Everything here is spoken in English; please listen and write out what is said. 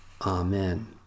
Amen